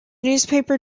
newspaper